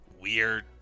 Weird